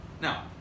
now